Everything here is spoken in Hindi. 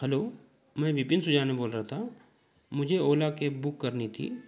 हेलो मैं विपिन सुजान में बोल रहा था मुझे ओला कैब बुक करनी थी